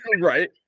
right